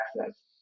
access